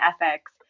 ethics